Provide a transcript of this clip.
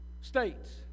states